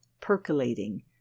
percolating